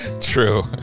True